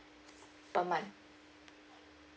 per month